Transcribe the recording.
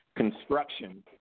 construction